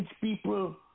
people